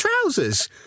trousers